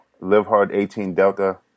LiveHard18Delta